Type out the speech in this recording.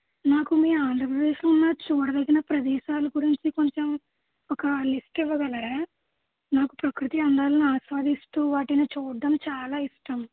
నాకు మీ ఆంధ్రప్రదేశ్లో ఉన్న చూడదగిన ప్రదేశాలు గురించి కొంచెం ఒక లిస్టు ఇవ్వగలరా నాకు ప్రకృతి అందాలను ఆస్వాదిస్తూ వాటిని చూడడం చాలా ఇష్టం